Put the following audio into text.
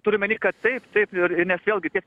turiu omeny kad taip taip ir ir nes vėlgi tie